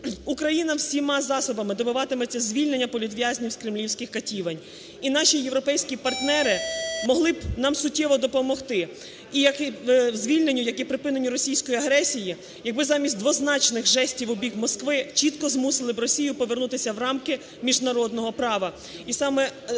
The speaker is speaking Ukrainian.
Україна всіма засобами добиватиметься звільнення політв'язнів з кремлівських катівень. І наші європейські партнери могли б нам суттєво допомогти і як звільненню, як і припиненню російської агресії, якби замість двозначних жестів у бік Москви чітко змусили б Росію повернутися в рамки міжнародного права.